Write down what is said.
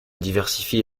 diversifie